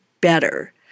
better